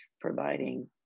providing